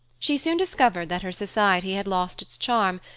she soon discovered that her society had lost its charm,